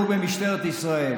אתה לא צריך כלום.